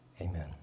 amen